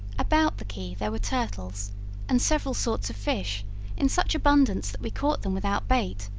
about the key there were turtles and several sorts of fish in such abundance that we caught them without bait,